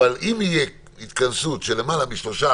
אבל אם תהיה התכנסות של למעלה משלושה,